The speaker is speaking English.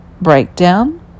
breakdown